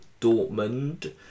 Dortmund